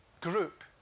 group